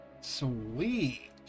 Sweet